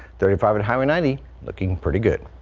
thirty five and highway ninety looking pretty good.